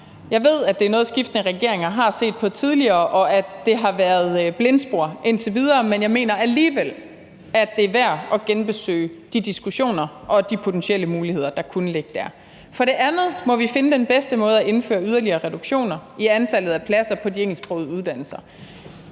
Jeg ved, at det er noget, skiftende regeringer har set på tidligere, og at det har været blindspor indtil videre, men jeg mener alligevel, at det er værd at genbesøge de diskussioner og de potentielle muligheder, der kunne ligge der. For det andet må vi finde den bedste måde at indføre yderligere reduktioner i antallet af pladser på de engelsksprogede uddannelser